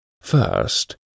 First